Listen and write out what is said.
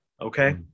okay